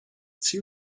ziel